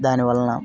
దాని వలన